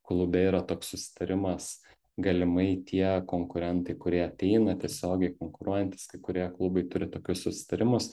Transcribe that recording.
klube yra toks susitarimas galimai tie konkurentai kurie ateina tiesiogiai konkuruojantys kai kurie klubai turi tokius susitarimus